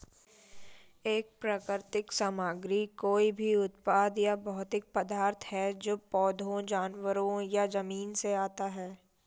एक प्राकृतिक सामग्री कोई भी उत्पाद या भौतिक पदार्थ है जो पौधों, जानवरों या जमीन से आता है